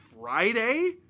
Friday